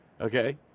okay